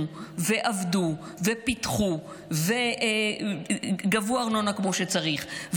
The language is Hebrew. ועבדו ופיתחו וגבו ארנונה כמו שצריך,